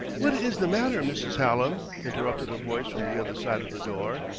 what is the matter, mrs. hallam? interrupted a voice from the other side of the door.